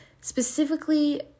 specifically